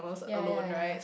ya ya ya